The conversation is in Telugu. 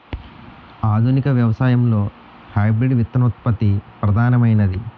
ఆధునిక వ్యవసాయంలో హైబ్రిడ్ విత్తనోత్పత్తి ప్రధానమైనది